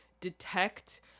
detect